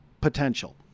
potential